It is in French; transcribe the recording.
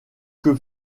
que